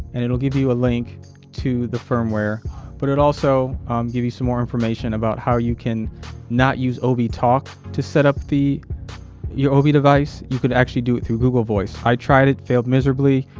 and it'll give you you a link to the firmware but it also give you some more information about how you can not use ah ob. talk to set up the yo v device. you could actually do it through google voice i tried it failed miserably,